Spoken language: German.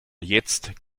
jetzt